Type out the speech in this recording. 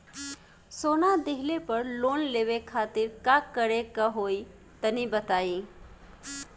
सोना दिहले पर लोन लेवे खातिर का करे क होई तनि बताई?